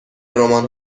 رمان